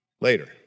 later